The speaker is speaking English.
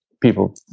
People